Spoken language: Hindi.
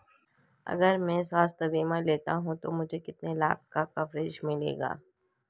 अगर मैं स्वास्थ्य बीमा लेता हूं तो मुझे कितने लाख का कवरेज मिलेगा?